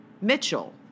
Mitchell